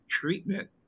treatment